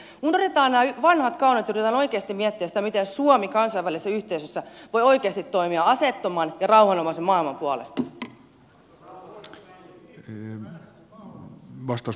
unohdetaan nämä vanhat kaunat ja yritetään oikeasti miettiä sitä miten suomi kansainvälisessä yhteisössä voi toimia aseettoman ja rauhanomaisen maailman puolesta